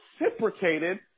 reciprocated